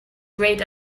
great